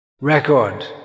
Record